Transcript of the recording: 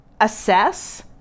assess